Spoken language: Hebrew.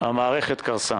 המערכת קרסה.